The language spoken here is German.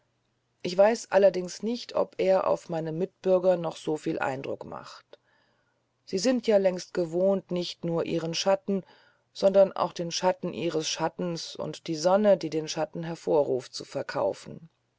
ich weiß allerdings nicht ob er auf meine mitbürger noch viel eindruck macht sie sind ja längst gewohnt nicht nur ihren schatten sondern auch den schatten ihres schattens und die sonne die den schatten hervorruft zu verkaufen